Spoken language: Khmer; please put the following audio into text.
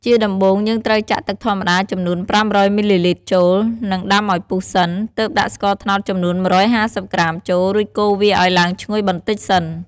ជាដំបូង យើងត្រូវចាក់ទឹកធម្មតាចំនួន ៥០០ មីលីលីត្រចូល និងដាំឱ្យពុះសិន ទើបដាក់ស្ករត្នោតចំនួន ១៥០ក្រាមចូល រួចកូរវាឲ្យឡើងឈ្ងុយបន្តិចសិន។